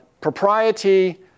propriety